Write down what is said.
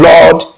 Lord